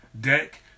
Deck